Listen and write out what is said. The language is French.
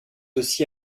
aussi